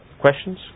questions